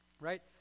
right